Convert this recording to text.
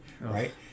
right